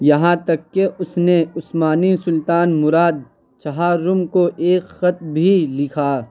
یہاں تک کہ اس نے عثمانی سلطان مراد چہارم کو ایک خط بھی لکھا